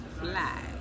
fly